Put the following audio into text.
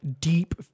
deep